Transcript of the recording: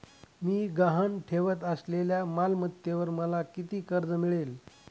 मी गहाण ठेवत असलेल्या मालमत्तेवर मला किती कर्ज मिळेल?